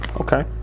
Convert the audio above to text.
okay